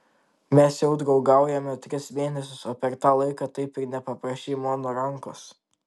mes jau draugaujame tris mėnesius o per tą laiką taip ir nepaprašei mano rankos